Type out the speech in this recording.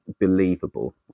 believable